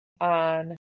on